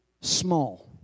small